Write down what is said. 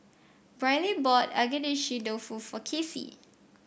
Briley bought Agedashi Dofu for Kasie